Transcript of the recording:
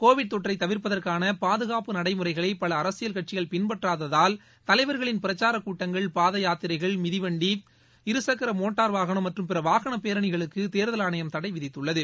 Covid தொற்றை தவிர்ப்பதற்கான பாதுகாப்பு நடைமுறைகளை பல அரசியல் கட்சிகள் பின்பற்றாததால் தலைவர்களின் பிரச்சார கூட்டங்கள் பாத யாத்திரைகள் மிதிவண்டி இருசக்கர மோட்டார் வாகனம் மற்ற பிற வாகன பேரணிகளுக்கு தேர்தல் ஆணையம் தடை விதித்துள்ளது